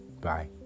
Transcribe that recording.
Bye